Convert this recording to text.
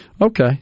Okay